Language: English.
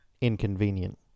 inconvenient